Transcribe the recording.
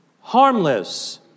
harmless